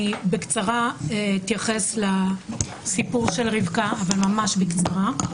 אני בקצרה אתייחס לסיפור של רבקה, אבל ממש בקצרה.